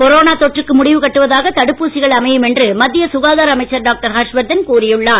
corona தொற்றுக்கு முடிவு கட்டுவதாக தடுப்பூசிகள் அமையும் என்று மத்திய சுகாதார அமைச்சர் டாக்டர் ஹர்ஷ் வர்தன் கூறியுள்ளார்